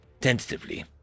Tentatively